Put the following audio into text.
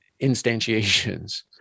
instantiations